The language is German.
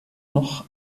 noch